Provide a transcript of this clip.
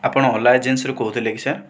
ଆପଣ ଓଲା ଏଜେନସିରୁ କହୁଥିଲେ କି ସାର୍